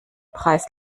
preis